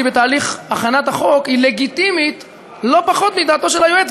בתהליך הכנת החוק היא לגיטימית לא פחות מדעתו של היועץ,